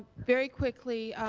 very quickly,